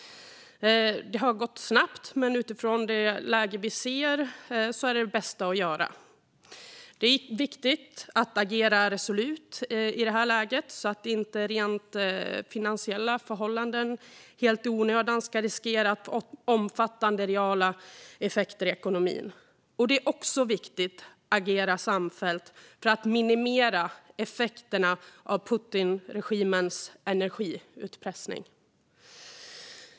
Det har gått snabbt, men i rådande läge är detta det bästa att göra. Det är viktigt att agera resolut så att inte rent finansiella förhållanden i onödan riskerar att få omfattande reala effekter i ekonomin. Det är också viktigt att agera samfällt för att minimera effekterna av Putinregimens energiutpressning.